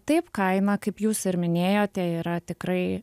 taip kaina kaip jūs ir minėjote yra tikrai